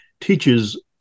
teaches